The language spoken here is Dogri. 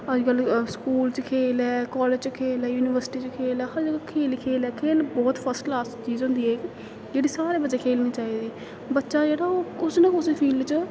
अज्जकल स्कूल च खेल ऐ कालेज च खेल ऐ यूनिवर्सिटी च खेल ऐ हर जगह खेल खेल ऐ खेल बहुत फर्स्ट क्लास चीज़ होंदी ऐ जेह्ड़ी सारे बच्चे खेलनी चाहिदी बच्चा जेह्ड़ा ओह् कुसै ना कुसै फील्ड च